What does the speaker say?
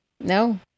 no